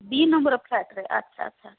ଦୁଇ ନମ୍ବର୍ ଫ୍ଲାଟରେ ଆଛା ଆଛା